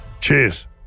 Cheers